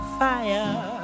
fire